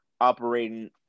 operating